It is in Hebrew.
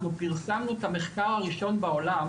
אנחנו פרסמנו את המחקר הראשון בעולם,